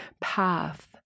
path